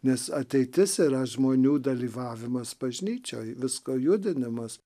nes ateitis yra žmonių dalyvavimas bažnyčioj visko judinimas